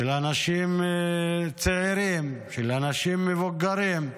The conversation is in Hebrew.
של אנשים צעירים, של אנשים מבוגרים.